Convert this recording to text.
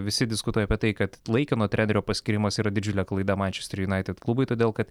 visi diskutuoja apie tai kad laikino trenerio paskyrimas yra didžiulė klaida mančester junaitid klubui todėl kad